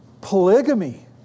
polygamy